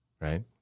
right